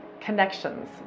connections